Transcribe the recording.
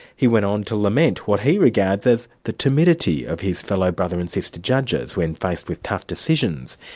he went on to lament what he regards as the timidity of his fellow brother and sister judges when faced with tough decisions.